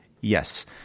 yes